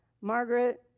Margaret